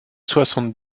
soixante